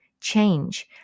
change